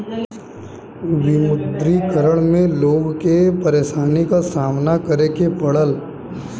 विमुद्रीकरण में लोग के परेशानी क सामना करे के पड़ल